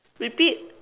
repeat